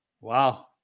Wow